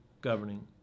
governing